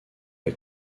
est